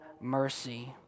mercy